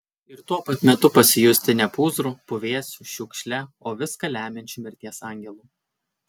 ir tuo pat metu pasijusti ne pūzru puvėsiu šiukšle o viską lemiančiu mirties angelu